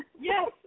Yes